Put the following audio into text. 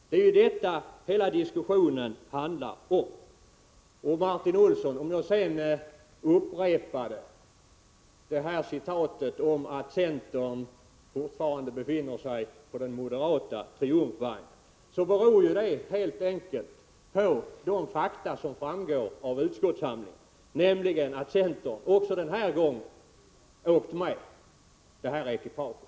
Det är ju detta hela diskussionen handlar om. Om jag upprepade vad jag sagt tidigare om att centern befinner sig på den moderata triumfvagnen, beror det helt enkelt på, Martin Olsson, de fakta som framgår av utskottshandlingarna, nämligen att centern också den här gången åkt med i det moderata ekipaget.